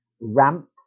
Ramp